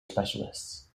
specialists